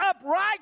upright